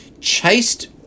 chased